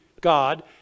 God